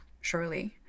Surely